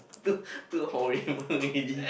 look look horrible it is